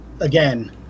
again